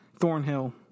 Thornhill